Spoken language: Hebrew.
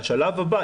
השלב הבא,